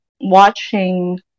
watching